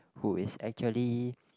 who is actually